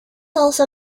also